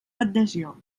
adhesió